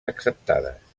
acceptades